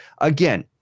again